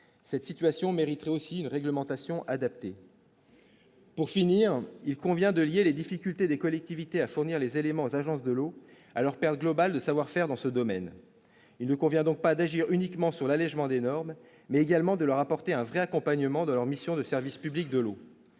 cette situation mériterait aussi une réglementation adaptée. Pour finir, il convient de lier les difficultés des collectivités à fournir les éléments aux agences de l'eau à alors père globale de savoir-faire dans ce domaine, il ne convient donc pas d'agir uniquement sur l'allégement des normes, mais également de leur apporter un vrai accompagnement de leur mission de service public de l'eau,